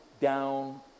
down